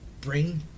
Bring